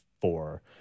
four